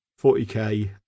40K